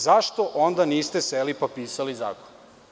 Zašto onda niste seli pa pisali zakon?